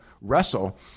wrestle